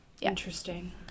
Interesting